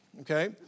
Okay